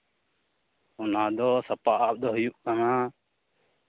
ᱚᱱᱟ ᱫᱚ ᱥᱟᱯᱟᱵ ᱫᱚ ᱦᱩᱭᱩᱜ ᱠᱟᱱᱟ